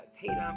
Tatum